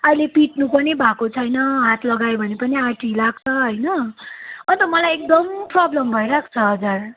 अहिले पिट्नु पनि भएको छैन हात लगायो भने पनि आरटिआई लाग्छ होइन अन्त मलाई एकदम प्रब्लम भइरहेको छ हजुर